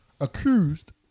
accused